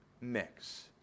mix